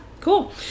cool